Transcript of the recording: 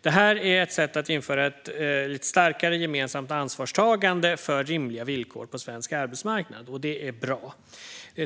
Det här är ett sätt att införa ett starkare gemensamt ansvarstagande för rimliga villkor på svensk arbetsmarknad. Det är bra.